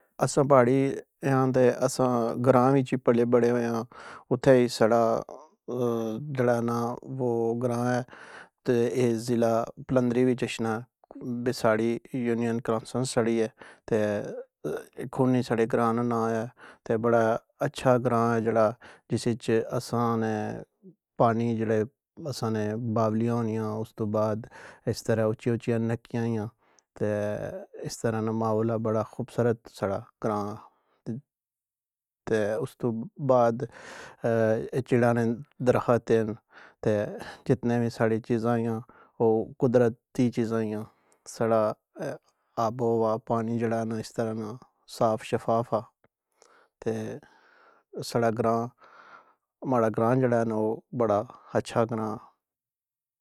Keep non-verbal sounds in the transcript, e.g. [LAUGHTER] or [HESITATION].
اسساں پہاڑی آں تے اسساں گراں وچ ای پلے بڑھے آں، اتھے ای ساڑا اووو [HESITATION] گراں اے، تے یو ضلع پلندری وچ اچھنا۔ بیساژی یونین کونسل ساڑی اے۔ تے کھن نی ساڈے گراں دا نام اے۔ تے بڑا اچھا گراں ہے جیڑا جس وچ اسساں میں پانی جیڑے اسساں نے باولیاں ہونیاں آں، استو بعد اس طرحے اوچیاں اوچیاں نکیاں ای آں۔ تے اس طرآں ماولا بڑاخوبصورت اسساں دا گراں آ۔ تے استو بعد اے جیڑا اے نا درخت ایں جتنی وی ساڑی چیزاں ای یا، او قدرتی چیزاں ای یاں۔ ساڑہ آب و ہوا ہور پانی جیڑا آ نا او صاف شفاف آ۔ ساڑا گراں ماڑا گراں جیڑا اے نا او اچھا گراں آ۔